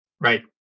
Right